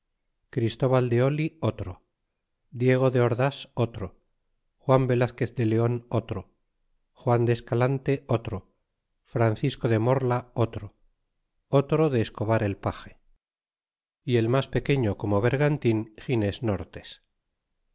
cbristóbal de oli otro diego de ords otro juan velazquez de leon otro juan de escalante otro francisco de morla otro otro de escobar el page y el mas pequeño como vergantin ginés nortes